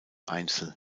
einzel